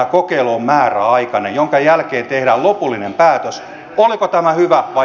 kokeilu on määräaikainen jonka jälkeen tehdään lopullinen päätös oliko tämä hyvä ja